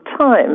time